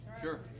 Sure